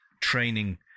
training